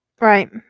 Right